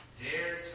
dares